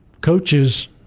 coaches